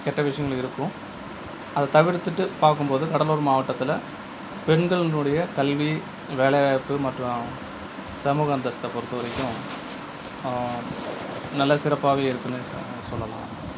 கெட்ட விஷயங்கள் இருக்கும் அதை தவிர்த்துட்டு பார்க்கும் போது கடலூர் மாவட்டத்தில் பெண்களினுடைய கல்வி வேலை வாய்ப்பு மற்றும் சமூக அந்தஸ்தை பொறுத்தவரைக்கும் நல்ல சிறப்பாகவே இருக்குன்னு சொ சொல்லலாம்